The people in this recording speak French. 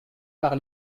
par